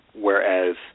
whereas